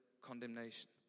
condemnation